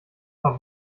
paar